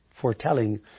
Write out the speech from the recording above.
foretelling